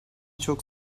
çok